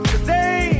Today